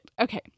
Okay